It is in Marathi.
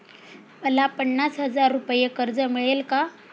मला पन्नास हजार रुपये कर्ज मिळेल का?